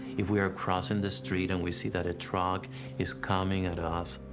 if we are crossing the street and we see that a truck is coming at us